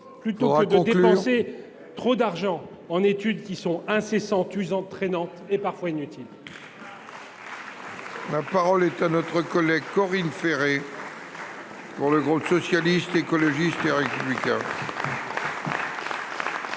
plutôt que de dépenser trop d’argent en études incessantes, usantes, traînantes et parfois inutiles ! La parole est à Mme Corinne Féret, pour le groupe Socialiste, Écologiste et Républicain.